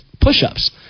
push-ups